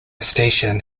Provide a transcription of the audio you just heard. station